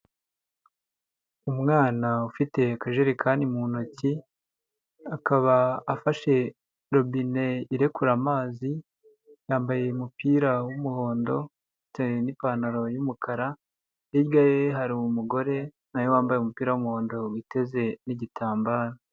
Umwana ufite akajerekani mu ntoki, akaba afashe robine irekura amazi, yambaye umupira w'umuhondo ndetse n'ipantaro y'umukara, hirya ye hari umugore na we wambaye umupira w'umuhondo witeze n'igitambaro.